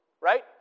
right